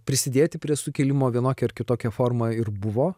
prisidėti prie sukilimo vienokia ar kitokia forma ir buvo